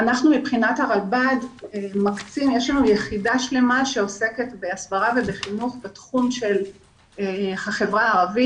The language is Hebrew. ברלב"ד יש יחידה שלמה שעוסקת בהסברה ובחינוך בחברה הערבית,